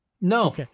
No